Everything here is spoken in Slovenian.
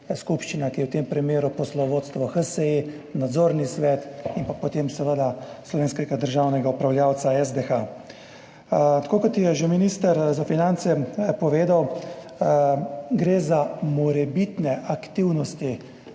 ki je v tem primeru poslovodstvo HSE, nadzorni svet in pa potem seveda slovenski državni upravljavec SDH. Tako kot je že minister za finance povedal, gre za morebitne aktivnosti